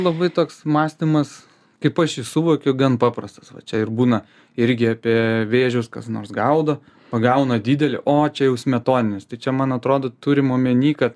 labai toks mąstymas kaip aš jį suvokiu gan paprastas va čia ir būna irgi apie vėžius kas nors gaudo pagauna didelį o čia jau smetoninis tai čia man atrodo turim omeny kad